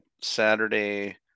Saturday